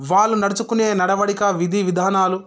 వాళ్లు నడుచుకునే నడవడిక విధి విధానాలు